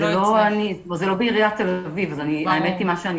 זה לא בעירית תל אביב אז האמת מה שאני